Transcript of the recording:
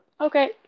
okay